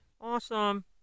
Awesome